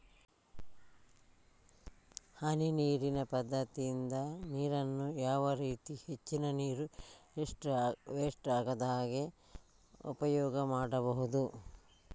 ಹನಿ ನೀರಿನ ಪದ್ಧತಿಯಿಂದ ನೀರಿನ್ನು ಯಾವ ರೀತಿ ಹೆಚ್ಚಿನ ನೀರು ವೆಸ್ಟ್ ಆಗದಾಗೆ ಉಪಯೋಗ ಮಾಡ್ಬಹುದು?